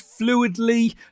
fluidly